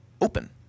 open